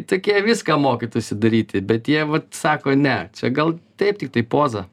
tokie viską mokytųsi daryti bet jie vat sako ne čia gal taip tik tai poza